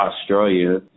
Australia